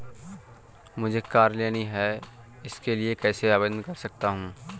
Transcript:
मुझे कार लेनी है मैं इसके लिए कैसे आवेदन कर सकता हूँ?